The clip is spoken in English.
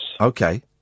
okay